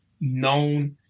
known